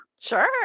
Sure